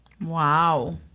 Wow